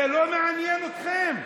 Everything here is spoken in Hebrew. זה לא מעניין אתכם?